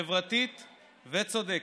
חברתית וצודקת,